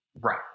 Right